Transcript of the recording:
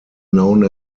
known